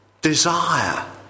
desire